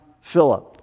Philip